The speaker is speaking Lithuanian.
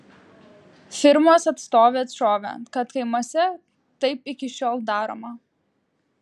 firmos atstovė atšovė kad kaimuose taip iki šiol daroma